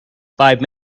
five